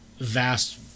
vast